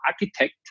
architect